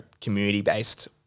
community-based